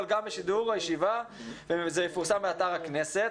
ושידור הישיבה יפורסמו באתר הכנסת.